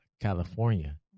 California